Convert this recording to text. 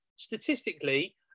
Statistically